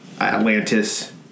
Atlantis